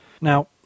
Now